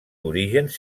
orígens